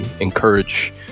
encourage